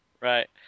Right